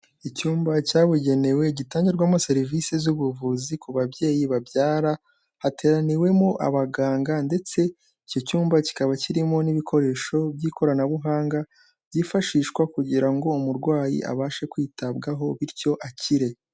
Icyumba cyabugenewe gitangirwamo serivisi z'ubuvuzi ku babyeyi babyara hateraniwemo abaganga ndetse icyo cyumba kikaba kirimo n'ibikoresho by'ikoranabuhanga byifashishwa kugira ngo umurwayi abashe kwitabwaho bityo akire.